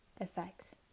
effects